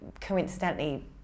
coincidentally